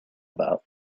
about